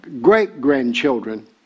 great-grandchildren